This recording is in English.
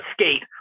skate